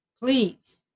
Please